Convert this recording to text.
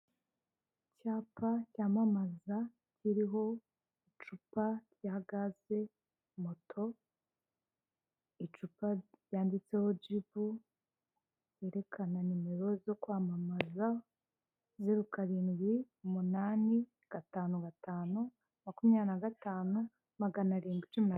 Icyapa cyamamaza kiriho icupa rya gaze, moto, icupd ryanditseho jibu berekana nimero zo kwamamaza zeru karindwi umunani gatanu gatanu makumyabiri na gatanu magana arindwi icumi nagatandatu.